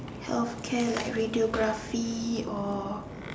healthcare like radiography or